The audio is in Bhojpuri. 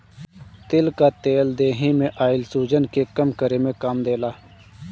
तिल कअ तेल देहि में आइल सुजन के कम करे में काम देला